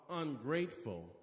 ungrateful